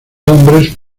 hombres